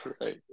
Right